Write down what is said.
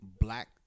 black